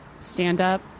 stand-up